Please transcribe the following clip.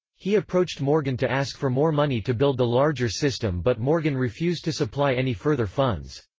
he approached morgan to ask for more money to build the larger system but morgan refused to supply any further funds.